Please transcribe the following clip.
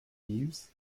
jeeves